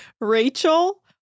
Rachel